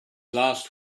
last